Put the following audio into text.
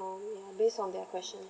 um yeah based on their question